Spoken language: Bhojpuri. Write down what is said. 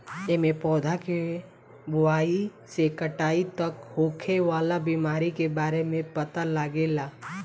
एमे पौधा के बोआई से कटाई तक होखे वाला बीमारी के बारे में पता लागेला